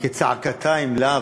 הכצעקתה אם לאו.